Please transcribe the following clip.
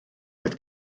oedd